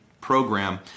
program